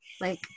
Like-